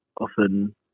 Often